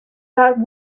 that